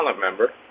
member